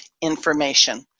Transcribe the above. information